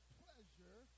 pleasure